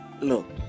Look